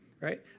Right